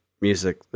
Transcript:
music